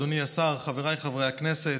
אדוני השר, חבריי חברי הכנסת,